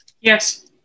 Yes